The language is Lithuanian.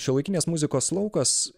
šiuolaikinės muzikos laukas